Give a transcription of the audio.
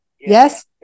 Yes